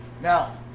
Now